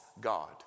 God